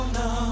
no